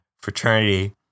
fraternity